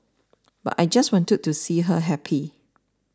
but I just wanted to see her happy